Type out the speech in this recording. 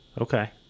okay